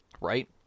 Right